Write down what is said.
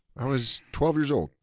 i was twelve years old.